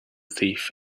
thief